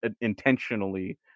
intentionally